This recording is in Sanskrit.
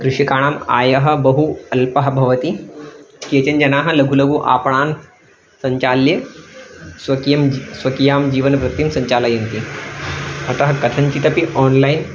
कृषिकाणाम् आयः बहु अल्पः भवति केचन जनाः लघु लघु आपणान् सञ्चाल्य स्वकीयं जी स्वकीयां जीवनवृत्तिं सञ्चालयन्ति अतः कथञ्चिदपि आन्लैन्